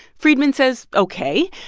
friedman says ok,